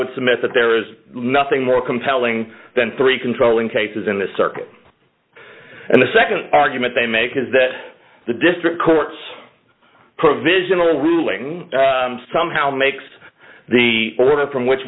would submit that there is nothing more compelling than three controlling cases in the circuit and the nd argument they make is that the district court's provisional ruling somehow makes the order from which